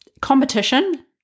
competition